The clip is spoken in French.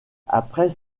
après